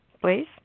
please